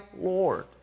Lord